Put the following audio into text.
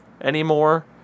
anymore